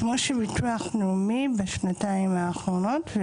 כמו שביטוח לאומי בשנתיים האחרונות,